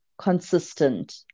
consistent